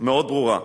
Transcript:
מאוד ברורה,